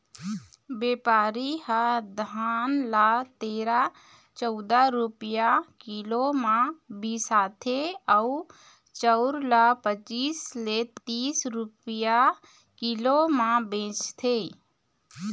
बेपारी ह धान ल तेरा, चउदा रूपिया किलो म बिसाथे अउ चउर ल पचीस ले तीस रूपिया किलो म बेचथे